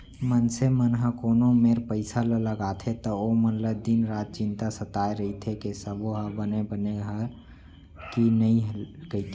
मनसे मन ह कोनो मेर पइसा ल लगाथे त ओमन ल दिन रात चिंता सताय रइथे कि सबो ह बने बने हय कि नइए कइके